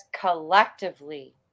collectively